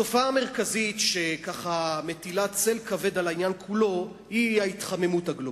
התופעה המרכזית שמטילה צל כבד על העניין כולו היא ההתחממות הגלובלית.